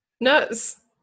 nuts